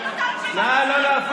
אני אקרא אותך לסדר עכשיו, נא לא להפריע,